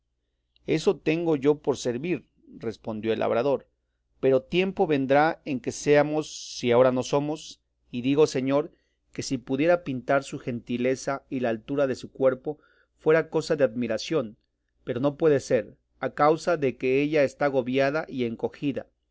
eso tengo yo por servir respondió el labrador pero tiempo vendrá en que seamos si ahora no somos y digo señor que si pudiera pintar su gentileza y la altura de su cuerpo fuera cosa de admiración pero no puede ser a causa de que ella está agobiada y encogida